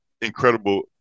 incredible